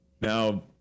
Now